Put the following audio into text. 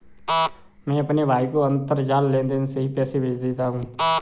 मैं अपने भाई को अंतरजाल लेनदेन से ही पैसे भेज देता हूं